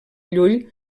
llull